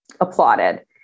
applauded